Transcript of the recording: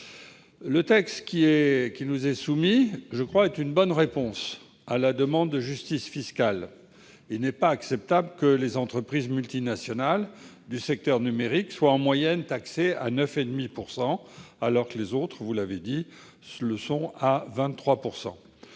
Le texte qui nous est soumis est une bonne réponse, je crois, à la demande de justice fiscale. Il n'est pas acceptable que les entreprises multinationales du secteur numérique soient en moyenne taxées à 9,5 %, alors que les autres, vous l'avez dit, le sont à 23 %.